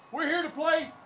we're here to play